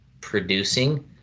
producing